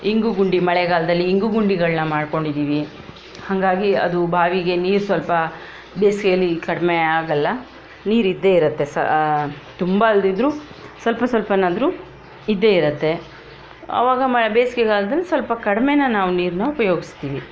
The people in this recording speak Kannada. ಇಂಗು ಗುಂಡಿ ಮಳೆಗಾಲದಲ್ಲಿ ಇಂಗು ಗುಂಡಿಗಳನ್ನು ಮಾಡ್ಕೊಂಡಿದ್ದೀವಿ ಹಾಗಾಗಿ ಅದು ಬಾವಿಗೆ ನೀರು ಸ್ವಲ್ಪ ಬೇಸಿಗೆಯಲ್ಲಿ ಕಡಿಮೆ ಆಗಲ್ಲ ನೀರು ಇದ್ದೇ ಇರತ್ತೆ ಸ ತುಂಬ ಅಲ್ಲದಿದ್ರೂ ಸ್ವಲ್ಪ ಸ್ವಲ್ಪನಾದರೂ ಇದ್ದೇ ಇರತ್ತೆ ಅವಾಗ ಮ ಬೇಸಿಗೆ ಕಾಲದಲ್ಲಿ ಸ್ವಲ್ಪ ಕಡಿಮೇನ ನಾವು ನೀರನ್ನು ಉಪಯೋಗಿಸ್ತೀವಿ